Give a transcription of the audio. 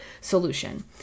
solution